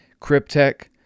Cryptech